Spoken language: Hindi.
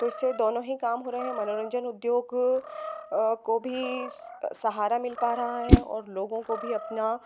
तो इससे दोनों ही काम हो रहे हैं मनोरंजन उद्योग को भी सहारा मिल पा रहा है और लोगों को भी अपना